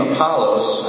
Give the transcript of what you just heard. Apollos